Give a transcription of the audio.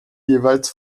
jeweils